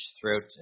throughout